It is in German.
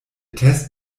test